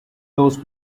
those